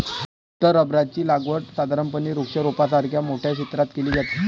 उत्तर रबराची लागवड साधारणपणे वृक्षारोपणासारख्या मोठ्या क्षेत्रात केली जाते